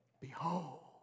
Behold